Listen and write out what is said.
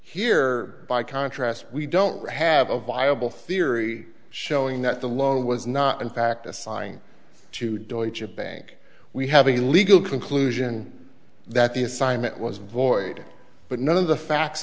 here by contrast we don't have a viable theory showing that the loan was not in fact assigned to deutsche bank we have a legal conclusion that the assignment was void but none of the facts